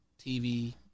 TV